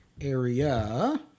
area